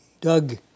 Doug